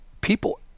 people